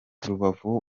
rubavu